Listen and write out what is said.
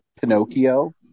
Pinocchio